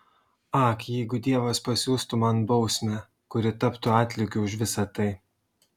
ak jeigu dievas pasiųstų man bausmę kuri taptų atlygiu už visa tai